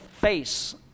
face